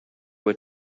were